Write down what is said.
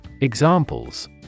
Examples